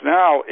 now